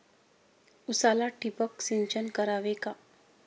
उसाला ठिबक सिंचन करावे का?